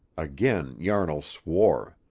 again yarnall swore.